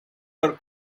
her